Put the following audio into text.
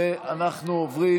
ואנחנו עוברים